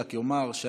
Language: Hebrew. רק אומר ששמעתי,